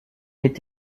est